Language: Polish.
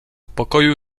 pokoju